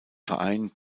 verein